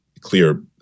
clear